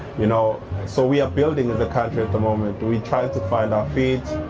you know so we are building as a country at the moment. but we try to find our feet,